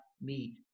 meet